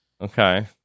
Okay